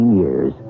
years